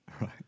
Right